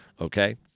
okay